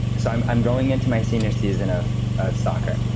so i'm i'm going into my senior season of soccer,